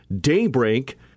DAYBREAK